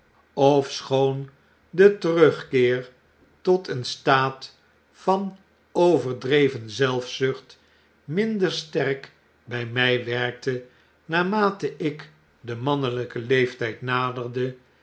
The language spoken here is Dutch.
ofschoon de terugkeer tot een staat van overdreven zelfzucht minder sterk by my werkte naarmate ik den mannelyken leeftyd naderde